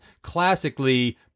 classically